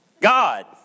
God